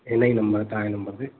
हिन ई नंबर तव्हांजे नंबर ते